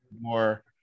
more